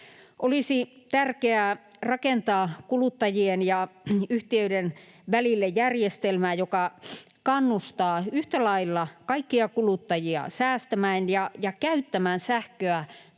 Olisi tärkeää rakentaa kuluttajien ja yhtiöiden välille järjestelmää, joka kannustaa yhtä lailla kaikkia kuluttajia säästämään ja käyttämään sähköä